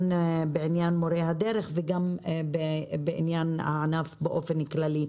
גם בעניין מורי הדרך וגם בעניין הענף באופן כללי.